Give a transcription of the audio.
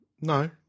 No